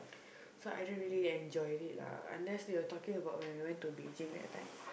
so I don't really enjoy it lah unless you're talking about when we went to Beijing that time